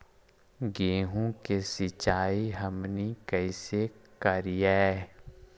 गेहूं के सिंचाई हमनि कैसे कारियय?